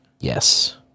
Yes